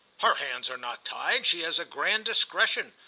her hands are not tied. she has a grand discretion.